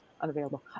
unavailable